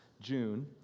June